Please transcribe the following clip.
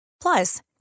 Plus